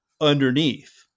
underneath